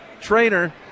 trainer